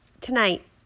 tonight